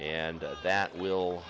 and that will